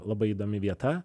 labai įdomi vieta